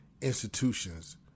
institutions